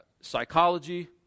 Psychology